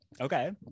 okay